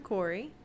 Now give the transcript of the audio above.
Corey